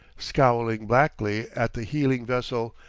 scowling blackly at the heeling vessel,